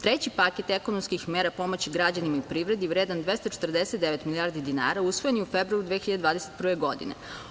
Treći paket ekonomskih mera pomoći građanima i privredi vredan 249 milijardi dinara usvojen je u februaru 2021. godine.